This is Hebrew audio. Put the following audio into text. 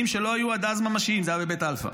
שלא היו עד אז ממשיים" זה היה בבית אלפא,